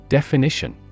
Definition